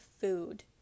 food